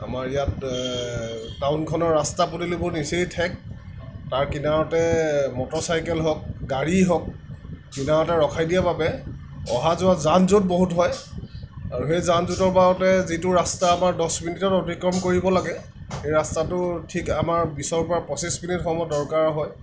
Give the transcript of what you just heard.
আমাৰ ইয়াত টাউনখনৰ ৰাস্তা পদূলিবোৰ নিচেই ঠেক তাৰ কিনাৰতে মটৰ চাইকেল হওক গাড়ী হওক কিনাৰতে ৰখাই দিয়া বাবে অহা যোৱা যান যঁট বহুত হয় আৰু সেই যান যঁটৰ পাওঁতে যিটো ৰাস্তা আমাক দহ মিনিটত অতিক্ৰম কৰিব লাগে সেই ৰাস্তাটো ঠিক আমাৰ বিছ ৰ পৰা পঁচিছ মিনিট সময় দৰকাৰ হয়